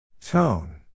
Tone